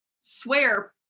swear